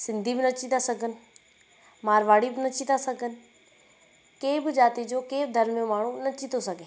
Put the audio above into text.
सिंधी बि नची था सघनि मारवाड़ी बि नची था सघनि कंहिं बि ज़ाति जो कंहिं बि धर्म जो माण्हू नची थो सघे